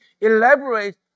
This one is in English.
elaborate